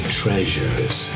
treasures